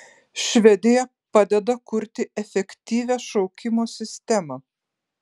švedija padeda kurti efektyvią šaukimo sistemą